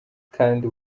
kandi